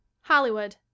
Hollywood